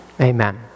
Amen